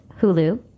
Hulu